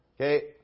okay